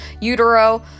utero